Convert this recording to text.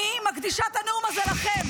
אני מקדישה את הנאום הזה לכם.